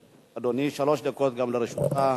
אדוני, שלוש דקות גם לרשותך.